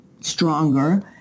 stronger